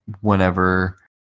whenever